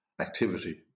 activity